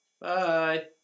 Bye